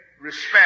respect